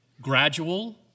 gradual